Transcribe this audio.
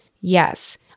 Yes